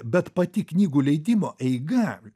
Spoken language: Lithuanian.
bet pati knygų leidimo eiga